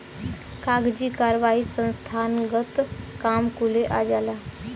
कागजी कारवाही संस्थानगत काम कुले आ जाला